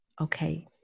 Okay